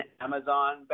Amazon